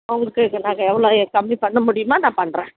உங்களுக்கு நாங்கள் எவ்வளோ எ கம்மி பண்ண முடியுமோ நான் பண்ணுறேன்